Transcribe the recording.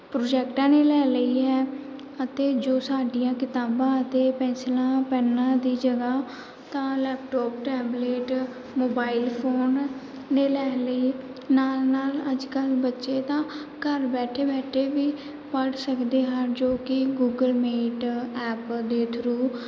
ਪ੍ਰੋਜੈਕਟਾਂ ਨੇ ਲੈ ਲਈ ਹੈ ਅਤੇ ਜੋ ਸਾਡੀਆਂ ਕਿਤਾਬਾਂ ਅਤੇ ਪੈਨਸਿਲਾਂ ਪੈੱਨਾਂ ਦੀ ਜਗ੍ਹਾ ਤਾਂ ਲੈਪਟੋਪ ਟੈਬਲੇਟ ਮੋਬਾਇਲ ਫ਼ੋਨ ਨੇ ਲੈ ਲਈ ਨਾਲ਼ ਨਾਲ਼ ਅੱਜ ਕੱਲ੍ਹ ਬੱਚੇ ਤਾਂ ਘਰ ਬੈਠੇ ਬੈਠੇ ਵੀ ਪੜ੍ਹ ਸਕਦੇ ਹਨ ਜੋ ਕਿ ਗੂਗਲ ਮੀਟ ਐਪ ਦੇ ਥਰੂ